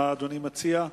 מה אדוני מציע?